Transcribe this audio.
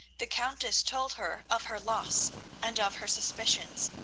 the countess told her of her loss and of her suspicions,